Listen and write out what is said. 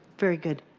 very good.